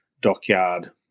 dockyard